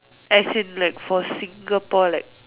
as in like for Singapore like